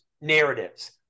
narratives